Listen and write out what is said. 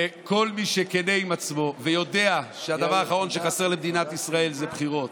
וכל מי שכן עם עצמו ויודע שהדבר האחרון שחסר למדינת ישראל זה בחירות,